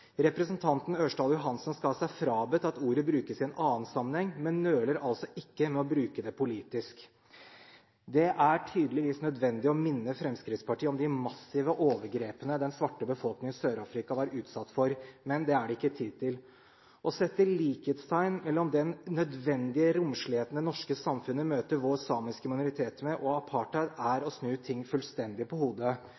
Representanten Ørsal Johansen skal ha seg frabedt at ordet brukes i en annen sammenheng, men nøler altså ikke med å bruke det politisk. Det er tydeligvis nødvendig å minne Fremskrittspartiet om de massive overgrepene den svarte befolkningen i Sør-Afrika var utsatt for, men det er det ikke tid til å gå nærmere inn på. Å sette likhetstegn mellom den nødvendige romsligheten det norske samfunnet møter vår samiske minoritet med, og apartheid er